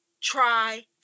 try